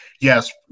Yes